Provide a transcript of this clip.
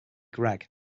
greig